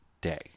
day